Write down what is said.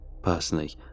Personally